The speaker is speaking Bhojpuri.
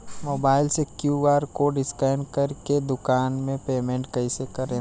मोबाइल से क्यू.आर कोड स्कैन कर के दुकान मे पेमेंट कईसे करेम?